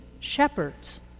shepherds